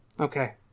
Okay